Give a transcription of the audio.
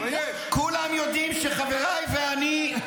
כולם יודעים שחבריי ואני,